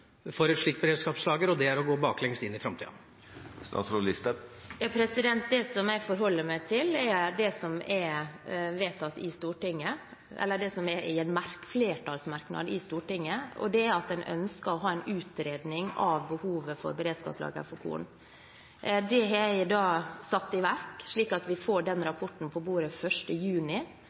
for et slikt beredskapslager, og at det er å gå baklengs inn i framtida? Det jeg forholder meg til, er det som står i en flertallsmerknad fra Stortinget, og det er at en ønsker å ha en utredning av behovet for beredskapslager for korn. Det har jeg satt i verk, slik at vi får den rapporten på bordet 1. juni.